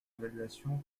évaluation